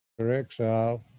exile